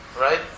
right